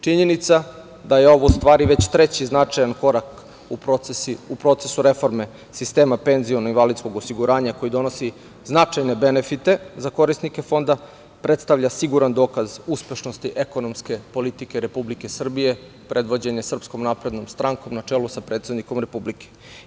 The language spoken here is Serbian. Činjenica da je ovo u stvari, već treći značajan korak u procesu reforme sistema penzionog i invalidskog osiguranja koji donosi značajne benefite za korisnike fonda, predstavlja siguran dokaz uspešnosti ekonomske politike Republike Srbije predvođene SNS na čelu sa predsednikom Republike.